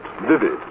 vivid